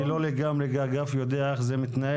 אני לא לגמרי יודע איך זה מתנהל,